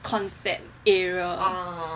concept area